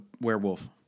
werewolf